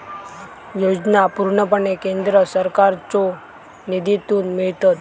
योजना पूर्णपणे केंद्र सरकारच्यो निधीतून मिळतत